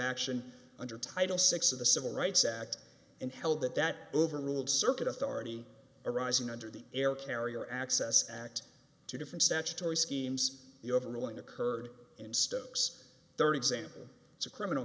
action under title six of the civil rights act and held that that overruled circuit authority arising under the air carrier access act two different statutory schemes the overruling occurred in stokes thirty example it's a criminal